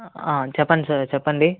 చెప్పండి సార్ చెప్పండి